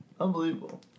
Unbelievable